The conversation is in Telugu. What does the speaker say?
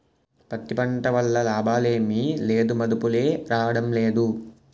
పత్తి పంట వల్ల లాభాలేమి లేవుమదుపులే రాడంలేదు